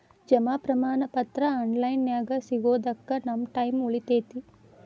ಜಮಾ ಪ್ರಮಾಣ ಪತ್ರ ಆನ್ ಲೈನ್ ನ್ಯಾಗ ಸಿಗೊದಕ್ಕ ನಮ್ಮ ಟೈಮ್ ಉಳಿತೆತಿ